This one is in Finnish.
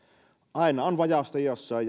aina on vajausta jossain